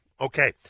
Okay